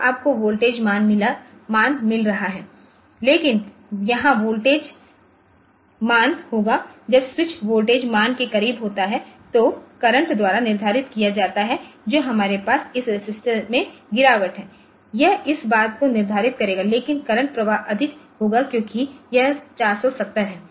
तो आपको वोल्टेज मान मिल रहा है लेकिन यहां वोल्टेज मान होगा जब स्विच वोल्टेज मान के करीब होता है तो करंट द्वारा निर्धारित किया जाता है जो हमारे पास इस रेजिस्टेंस में गिरावट है यह इस बात को निर्धारित करेगा लेकिन करंट प्रवाह अधिक होगा क्योंकि यह 470 है